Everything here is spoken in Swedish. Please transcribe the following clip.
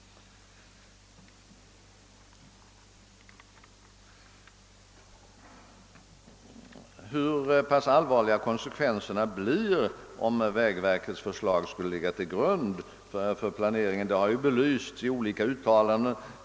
Hur pass allvarliga konsekvenserna blir, om vägverkets förslag skulle ligga till grund för planeringen, har ju belysts i olika uttalanden.